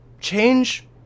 change